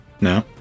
no